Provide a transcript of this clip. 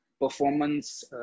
performance